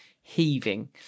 heaving